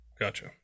Gotcha